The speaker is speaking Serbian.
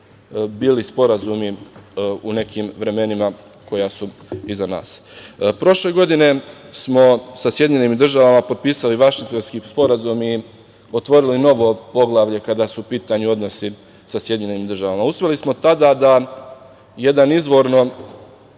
bili sporazumi u nekim vremenima koja su iza nas. Prošle godine smo sa SAD potpisali Vašingtonski sporazum i otvorili novo poglavlje kada su u pitanju odnosi sa SAD. Uspeli smo tada da jedan izvorno